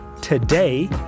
today